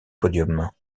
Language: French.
podium